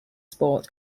sport